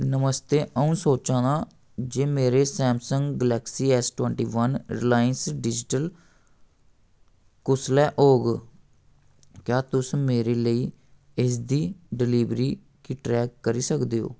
नमस्ते अ'ऊं सोचा ना जे मेरे Samsung Galaxy S twenty one Reliance digital कुसलै होग क्या तुस मेरे लेई इसदी डिलीवरी गी ट्रैक करी सकदे ओ